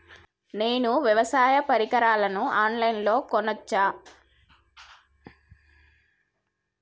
నేను వ్యవసాయ పరికరాలను ఆన్ లైన్ లో కొనచ్చా?